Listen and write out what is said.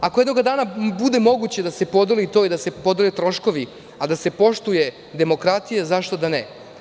Ako jednog dana bude moguće da se podeli to i da se podele troškovi, a da se poštuje demokratija, zašto da ne.